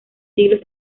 siglos